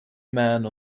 man